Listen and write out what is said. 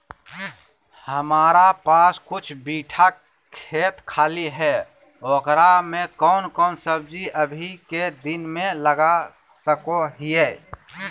हमारा पास कुछ बिठा खेत खाली है ओकरा में कौन कौन सब्जी अभी के दिन में लगा सको हियय?